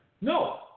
No